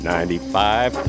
Ninety-five